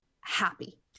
happy